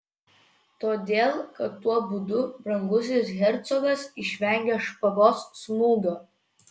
todėl kad tuo būdu brangusis hercogas išvengia špagos smūgio